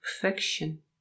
perfection